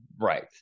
Right